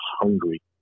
hungry